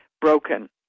Broken